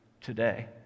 today